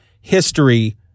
history